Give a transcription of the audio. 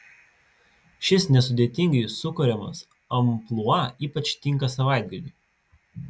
šis nesudėtingai sukuriamas amplua ypač tinka savaitgaliui